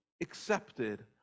accepted